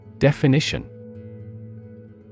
Definition